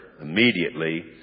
immediately